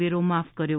વેરો માફ કર્યો